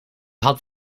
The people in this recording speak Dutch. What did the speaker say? had